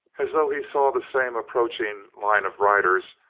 as though he saw the same approaching line of riders,